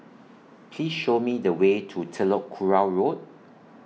Please Show Me The Way to Telok Kurau Road